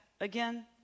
again